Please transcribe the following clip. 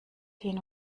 hin